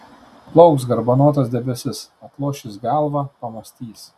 plauks garbanotas debesis atloš jis galvą pamąstys